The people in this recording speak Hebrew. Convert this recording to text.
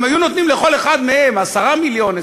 אם היו נותנים לכל אחד מהם 10 מיליון,